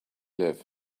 live